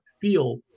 feel